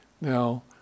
Now